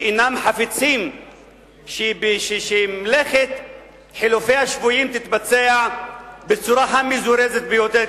שאינו חפץ שמלאכת חילופי השבויים תתבצע בצורה המזורזת ביותר,